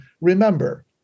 remember